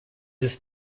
ist